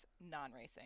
non-racing